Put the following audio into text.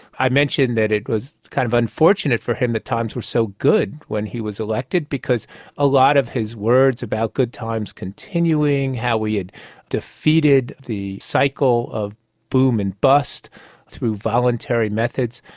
i mentioned that it was kind of unfortunate for him that times were so good when he was elected because a lot of his words about good times continuing, how we had defeated the cycle of boom and bust through voluntary methods,